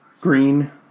green